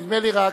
נדמה לי רק,